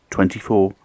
Twenty-four